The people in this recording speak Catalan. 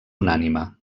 unànime